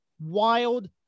wild